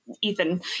Ethan